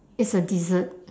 it's a dessert